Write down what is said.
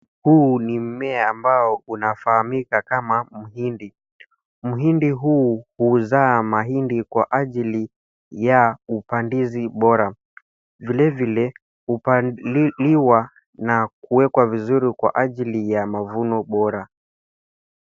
Huu ni mmea ambao unafahamika kama mhindi. Mhindi huu huzaa mahindi kwa ajili ya upandizi bora. Vilevile hupaliliwa na kuwekwa vizuri kwa ajili ya mavuno bora.